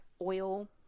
oil